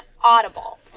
Audible